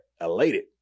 elated